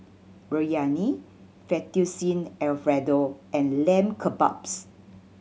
Biryani Fettuccine Alfredo and Lamb Kebabs